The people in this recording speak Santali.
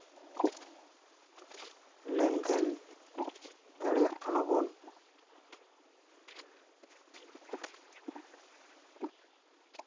ᱞᱮᱱᱫᱮᱱ ᱫᱟᱲᱮᱭᱟᱜ ᱠᱟᱱᱟ ᱵᱚᱱ